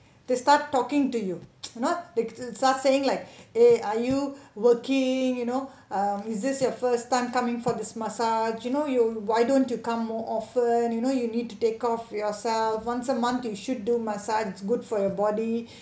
they start talking to you you know they start saying like eh are you working you know um is this your first time coming for this massage you know you why don't you come more often you know you need to take of yourself once a month you should do massage is good for your body